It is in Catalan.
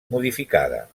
modificada